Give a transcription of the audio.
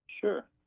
Sure